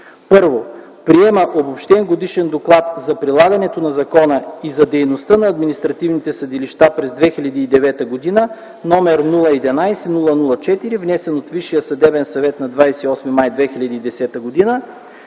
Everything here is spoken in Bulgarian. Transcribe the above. И: 1. Приема обобщен годишен доклад за прилагането на закона и за дейността на административните съдилища през 2009 г., № 011-004, внесен от Висшия съдебен съвет на 28 май 2010 г.